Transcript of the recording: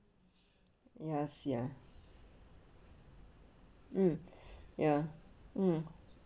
yes ya mm ya mm